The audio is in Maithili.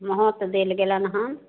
महत्व देल गेलनि हँ